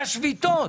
היו שביתות.